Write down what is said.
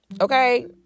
Okay